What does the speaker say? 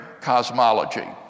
cosmology